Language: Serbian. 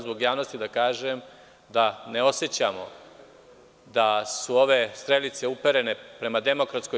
Zbog javnosti treba da kažem da ne osećamo da su ove strelice uperene prema DS.